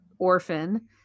orphan